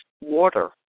water